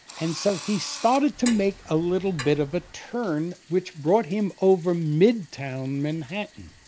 and so, he started to make a little bit of a turn which brought him over midtown manhattan,